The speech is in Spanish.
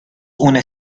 una